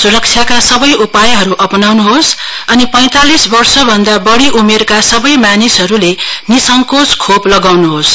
सूरक्षाका सबै उपायहरू अपनाउनुहोस् अनि पैंतालीस वर्षभन्दा बढ़ी उमेरका सबै मानिसहरूले निसन्देह खोप लगाउन्होस्